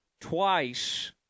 twice